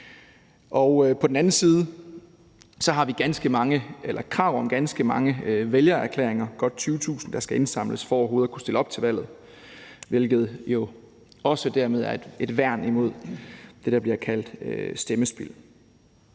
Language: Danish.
om, at der skal indsamles ganske mange vælgererklæringer, godt 20.000, for overhovedet at kunne stille op til valget, hvilket jo også dermed er et værn imod det, der bliver kaldt stemmespild.